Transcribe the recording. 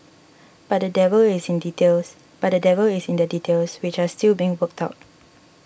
but the devil is in details but the devil is in the details which are still being worked out